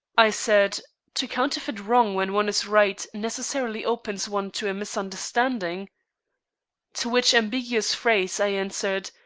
i said to counterfeit wrong when one is right, necessarily opens one to a misunderstanding to which ambiguous phrase i answered,